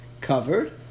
covered